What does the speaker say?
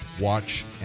Watch